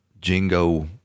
jingo